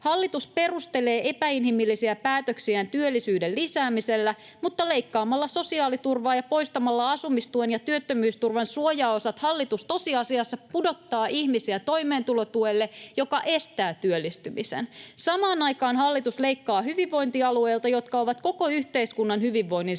Hallitus perustelee epäinhimillisiä päätöksiään työllisyyden lisäämisellä, mutta leikkaamalla sosiaaliturvaa ja poistamalla asumistuen ja työttömyysturvan suojaosat hallitus tosiasiassa pudottaa ihmisiä toimeentulotuelle, joka estää työllistymisen. Samaan aikaan hallitus leikkaa hyvinvointialueilta, jotka ovat koko yhteiskunnan hyvinvoinnin